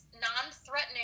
non-threatening